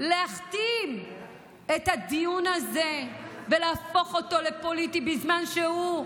להכתים את הדיון הזה ולהפוך אותו לפוליטי בזמן שהוא,